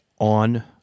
on